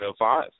05